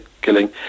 killing